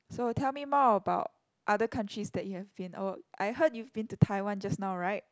so tell me more about other countries that you have been oh I heard you've been to Taiwan just now right